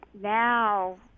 now